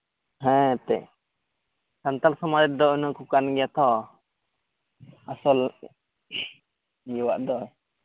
ᱦᱮᱸ ᱮᱱᱛᱮ ᱥᱟᱱᱛᱟᱲ ᱥᱚᱢᱟᱡᱽ ᱨᱮᱫᱚ ᱤᱱᱟᱹ ᱠᱚ ᱠᱟᱱ ᱜᱮᱭᱟ ᱛᱷᱚ ᱟᱥᱚᱞ ᱤᱭᱟᱹᱣᱟᱜ ᱫᱚ